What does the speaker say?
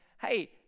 hey